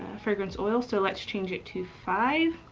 fragrance oil. so let's change it to five.